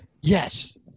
yes